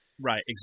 Right